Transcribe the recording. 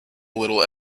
little